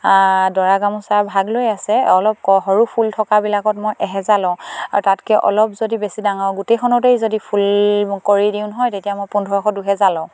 দৰা গামোচা ভাগ লৈ আছে অলপ সৰু ফুল থকাবিলাকত মই এহেজাৰ লওঁ আৰু তাতকে অলপ যদি বেছি ডাঙৰ গোটেইখনতেই যদি ফুল কৰি দিওঁ নহয় তেতিয়া মই পোন্ধৰশ দুহেজাৰ লওঁ